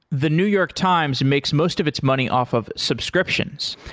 the new york times makes most of its money off of subscription.